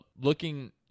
looking